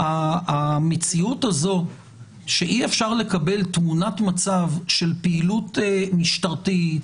המציאות הזו שאי-אפשר לקבל תמונת מצב של פעילות משטרתית,